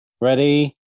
Ready